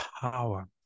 power